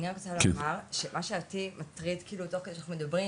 אני רק רוצה לומר שמה שאותי מטריד תוך כדי שאנחנו מדברים,